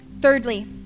Thirdly